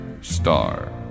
star